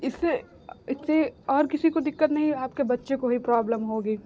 इससे इससे और किसी को दिक्कत नहीं है आपके बच्चे को ही प्रॉब्लम होगी